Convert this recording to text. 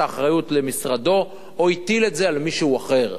האחריות למשרדו או שהוא הטיל את זה על מישהו אחר.